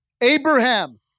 Abraham